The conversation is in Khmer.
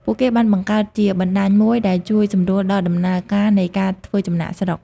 ពួកគេបានបង្កើតជាបណ្ដាញមួយដែលជួយសម្រួលដល់ដំណើរការនៃការធ្វើចំណាកស្រុក។